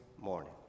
morning